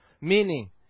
Meaning